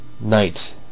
Night